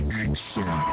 action